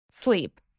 Sleep